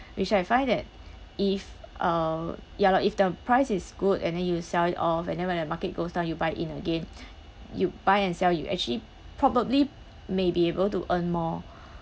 which I find that if uh ya lor if the price is good and then you sell it off and then when the market goes down you buy in again you buy and sell you actually probably may be able to earn more